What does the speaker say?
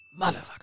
Motherfucker